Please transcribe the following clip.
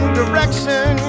direction